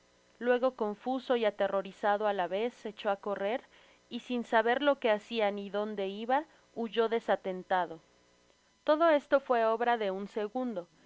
luego confuso y aterrorizado á la vez echó á correr y sin saber lo que hacia ni donde iba huyó desatentado todo esto fué obra de un segundo